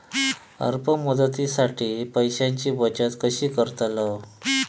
अल्प मुदतीसाठी पैशांची बचत कशी करतलव?